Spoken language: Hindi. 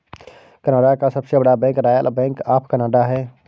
कनाडा का सबसे बड़ा bank Royal Bank of Canada है